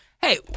hey